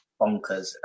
bonkers